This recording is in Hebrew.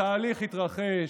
התהליך התרחש.